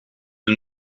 del